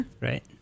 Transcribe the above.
Right